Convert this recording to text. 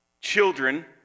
Children